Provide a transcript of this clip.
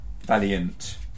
Valiant